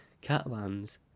Catalan's